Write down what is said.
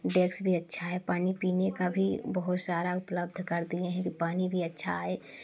desk भी अच्छा है पानी पीने का भी बहुत सारा उपलब्ध कर दिए हैं कि पानी भी अच्छा आये